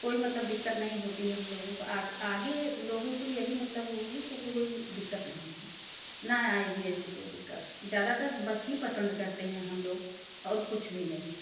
कोई मतलब दिक्कत नहीं होती है हम लोगों को आगे लोगों को यही मतलब वो होगी कोई दिक्कत नहीं है ना आएगी ऐसी कोई दिक्कत ज्यादातर बस ही पसंद करते हैं हम लोग और कुछ भी नहीं